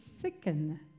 sicken